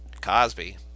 Cosby